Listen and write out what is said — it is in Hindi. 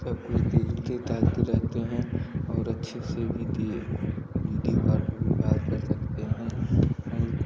सब कुछ देखते ताकते रहते हैं और अच्छे से भी देय वीडियो कॉल पर भी बात कर सकते हैं और